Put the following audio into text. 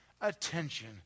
attention